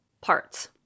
parts